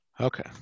okay